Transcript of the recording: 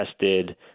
tested